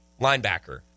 linebacker